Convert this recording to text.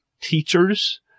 teachers